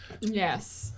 Yes